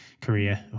career